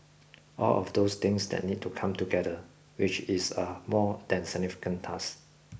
all of those things that need to come together which is a more than significant task